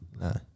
no